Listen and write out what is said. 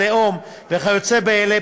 לאום וכיוצא באלה,